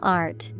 art